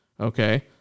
Okay